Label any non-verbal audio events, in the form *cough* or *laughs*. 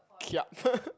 kiap *laughs*